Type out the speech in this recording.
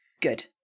Good